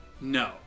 No